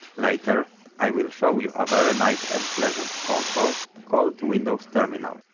later i will show you a very nice and pleasant console called windows terminal.